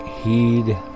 heed